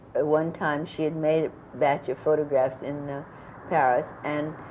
ah one time she had made a batch of photographs in paris, and